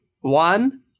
one